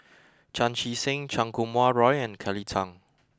Chan Chee Seng Chan Kum Wah Roy and Kelly Tang